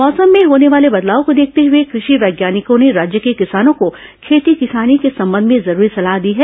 मौसम में होने वाले बदलाव को देखते हुए कृषि वैज्ञानिकों ने राज्य के किसानों को खेती किसानी को संबंध में जरूरी सलाह दी है